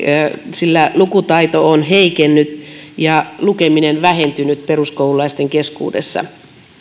sillä lukutaito on heikennyt ja lukeminen vähentynyt peruskoululaisten keskuudessa